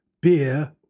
beer